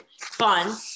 fun